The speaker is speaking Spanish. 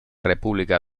república